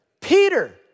Peter